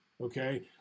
okay